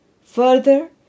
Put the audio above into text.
Further